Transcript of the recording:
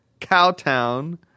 Cowtown